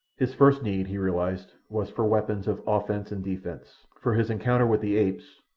his first need, he realized, was for weapons of offence and defence, for his encounter with the apes,